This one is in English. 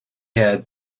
had